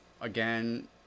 Again